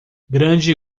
grande